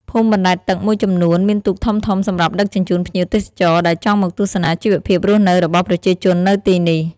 ភូមិបណ្ដែតទឹកមួយចំនួនមានទូកធំៗសម្រាប់ដឹកជញ្ជូនភ្ញៀវទេសចរណ៍ដែលចង់មកទស្សនាជីវភាពរស់នៅរបស់ប្រជាជននៅទីនេះ។